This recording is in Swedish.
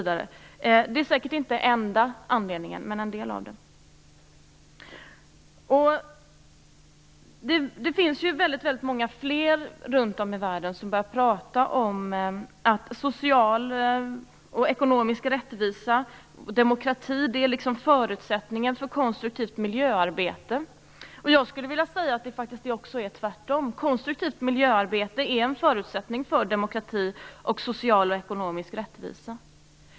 Det är säkert inte den enda anledningen, men en av dem. Det finns väldigt många fler runt om i världen som har börjat prata om att social och ekonomisk rättvisa och demokrati är förutsättningar för konstruktivt miljöarbete. Jag skulle vilja säga att det faktiskt också är tvärtom. Konstruktivt miljöarbete är en förutsättning för demokrati och social och ekonomisk rättvisa.